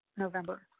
November